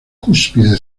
cúspide